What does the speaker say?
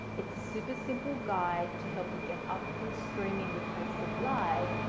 it's a super simple guide to help you get up and streaming with facebook live,